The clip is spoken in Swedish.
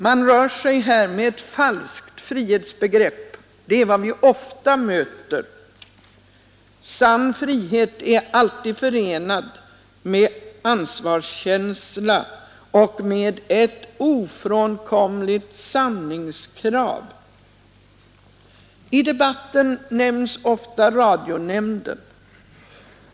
Man rör sig här med ett falskt frihetsbegrepp. Det är vad vi ofta gör. Sann frihet är alltid förenad med ansvarskänsla och med ett ofrånkomligt sanningskrav. I debatten nämns ofta radionämnden.